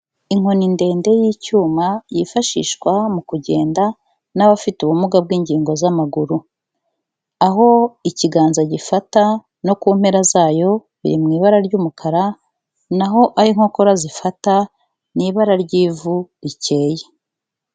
Inkoni ndende y'icyuma yifashishwa mu kugenda n'abafite ubumuga bw'ingingo z'amaguru, aho ikiganza gifata no ku mpera zayo biri mu ibara ry'umukara, na ho aho inkokora zifata ni ibara ry'ivu rikeye.